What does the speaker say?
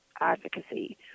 advocacy